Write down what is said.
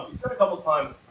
couple time,